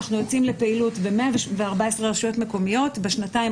אנחנו יוצאים לפעילות ב-114 רשויות מקומיות בשנתיים